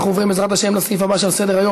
אנחנו עוברים, בעזרת השם, לסעיף הבא שעל סדר-היום.